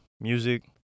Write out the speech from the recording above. music